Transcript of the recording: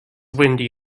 windy